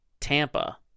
Tampa